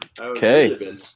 okay